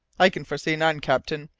i can foresee none, captain,